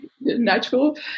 natural